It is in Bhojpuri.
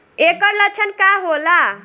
ऐकर लक्षण का होला?